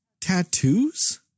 tattoos